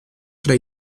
tra